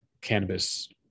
cannabis